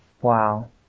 Wow